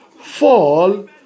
fall